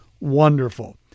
Wonderful